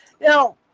now